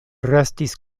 restis